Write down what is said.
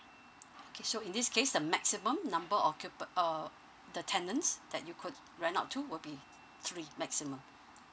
okay so in this case the maximum number of occupa~ err the tenants that you could rent out to will be three maximum